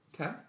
okay